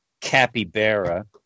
capybara